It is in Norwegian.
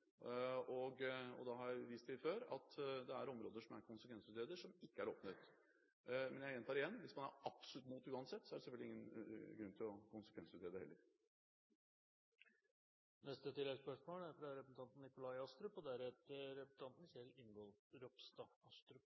har vist til før at det er områder som er konsekvensutredet, som ikke er åpnet, men jeg gjentar igjen: Hvis man er absolutt mot uansett, er det selvfølgelig ingen grunn til å konsekvensutrede heller. Nikolai Astrup –